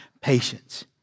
patience